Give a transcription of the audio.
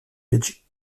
belgique